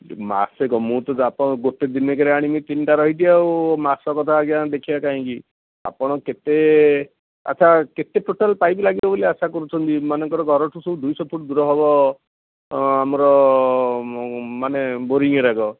ମାସେ କ'ଣ ମୁଁ ତ ଆପଣ ଗୋଟେ ଦିନକରେ ଆଣିବି ତିନିଟା ରହିଛି ଆଉ ମାସ କଥା ଆଜ୍ଞା ଦେଖିଆ କାଇଁକି ଆପଣ କେତେ ଆଚ୍ଛା କେତେ ଟୋଟାଲ ପାଇପ ଲାଗିବ ବୋଲି ଆଶା କରୁଛନ୍ତି ମନେକର ଘର ଠୁ ସବୁ ଦୁଇଶହ ଫୁଟ ଦୂର ହେବ ଆମର ମାନେ ବୋରିଂ ଗେରାକ